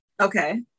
Okay